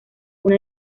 una